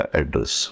address